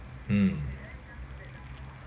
mm